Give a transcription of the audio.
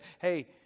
hey